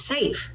safe